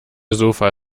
sofa